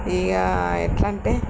ఇగ ఎట్లంటే